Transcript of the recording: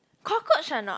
cockroach are not